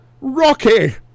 Rocky